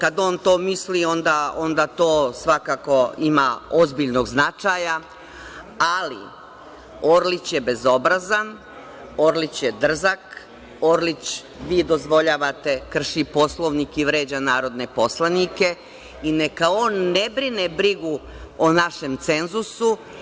Kada on to misli, onda to svakako ima ozbiljnog značaja, ali Orlić je bezobrazan, Orlić je drzak, vi dozvoljavate da krši Poslovnik i vređa narodne poslanike i neka on ne brine brigu o našem cenzusu.